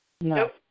No